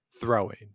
throwing